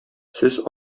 сез